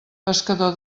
pescador